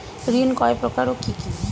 ঋণ কয় প্রকার ও কি কি?